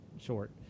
short